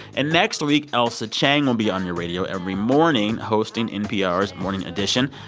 and next week, ailsa chang will be on your radio every morning hosting npr's morning edition.